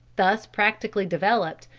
thus practically developed,